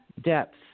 depth